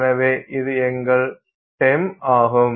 எனவே இது உங்கள் TEM ஆகும்